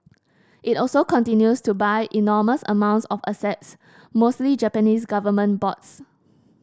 it also continues to buy enormous amounts of assets mostly Japanese government bonds